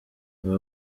aba